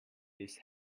this